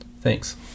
Thanks